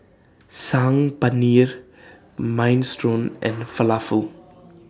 Saag Paneer Minestrone and Falafel